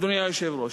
אדוני היושב-ראש,